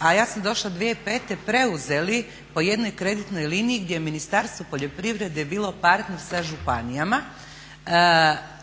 a ja sam došla 2005. preuzeli po jednoj kreditnoj liniji gdje je Ministarstvo poljoprivrede bilo partner sa županijama